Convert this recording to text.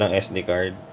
um sd card